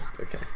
Okay